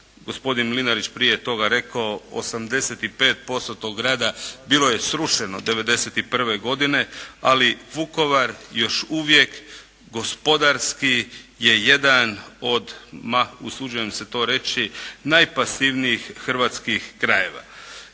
gospodin Mlinarić prije toga rekao, 85% tog rada bilo je srušeno 91. godine, ali Vukovar još uvijek gospodarski je jedan od ma usuđujem se to reći, najpasivnijih hrvatskih krajeva.